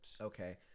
Okay